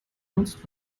genutzt